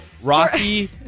Rocky